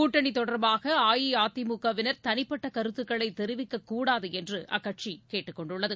கூட்டணி தொடர்பாக அஇஅதிமுகவினர் தனிப்பட்ட கருத்துக்களைத் தெரிவிக்கக் கூடாது என்று அக்கட்சி கேட்டுக் கொண்டுள்ளது